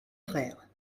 frère